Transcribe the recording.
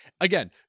Again